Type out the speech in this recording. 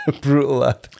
Brutal